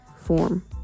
form